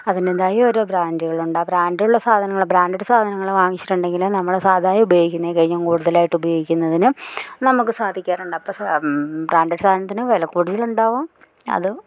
അതിന്റേതായ ഓരോ ബ്രാൻഡുകളുണ്ട് ബ്രൻഡുള്ള സാധനങ്ങള് ബ്രാൻഡഡ് സാധനങ്ങള് വാങ്ങിച്ചിട്ടുണ്ടെങ്കില് നമ്മള് സാദായ ഉപയോഗിക്കുന്നതിൽ കഴിഞ്ഞും കൂടുതലായിട്ട് ഉപയോഗിക്കുന്നതിന് നമുക്ക് സാധിക്കാറുണ്ട് അപ്പം ബ്രാൻഡ് സാധനത്തിന് വില കൂടുതലുണ്ടാവും അത്